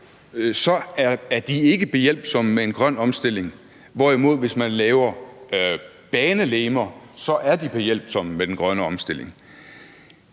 så vil de ikke hjælpe med til en grøn omstilling, hvorimod hvis man anlægger banelegemer, så vil de hjælpe med til den grønne omstilling.